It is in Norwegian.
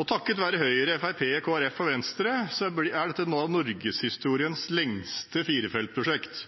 Og takket være Høyre, Fremskrittspartiet, Kristelig Folkeparti og Venstre er dette nå norgeshistoriens lengste firefeltsprosjekt.